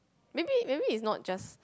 maybe maybe it's not just